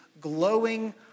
glowing